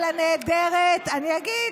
על הנעדרת, אני אגיד.